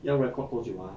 要 record 多久啊